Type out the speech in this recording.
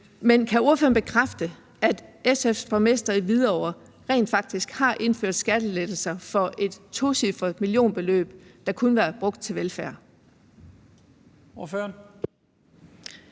m.v. Kan ordføreren bekræfte, at SF's borgmester i Hvidovre rent faktisk har indført skattelettelser for et tocifret millionbeløb, der kunne have været brugt til velfærd?